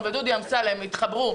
חוק ומשפט הכול נכנס תחת הקורה שלה,